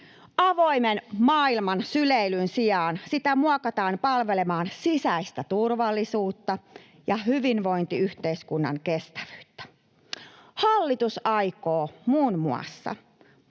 Avoimen maailman syleilyn sijaan sitä muokataan palvelemaan sisäistä turvallisuutta ja hyvinvointiyhteiskunnan kestävyyttä. Hallitus aikoo muun muassa